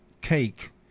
cake